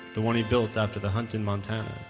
the one he built after the hunt in montana,